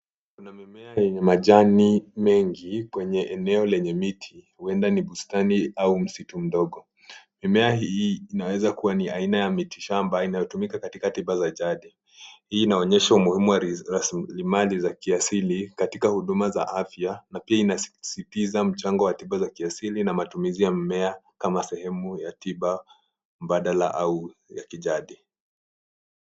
Kuna mimea yenye majani mengi ipo kwenye eneo lenye miti, huenda ni bustani au msitu mdogo. Mimea hii inaweza kuwa ni aina ya miti shamba inayotumika katika tiba za jadi. Hii inaonyesha umuhimu wa tiba za kiasili katika huduma za afya, na pia inasisitiza mchango wa tiba za kiasili na matumizi ya mimea kama sehemu ya tiba mbadala au ya kijadi.